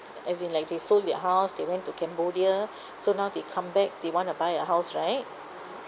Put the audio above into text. as in like they sold their house they went to cambodia so now they come back they want to buy a house right